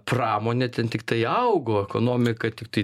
pramonė ten tiktai augo ekonomika tiktai